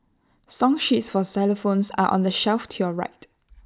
song sheets for xylophones are on the shelf to your right